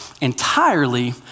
entirely